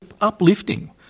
Uplifting